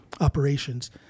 operations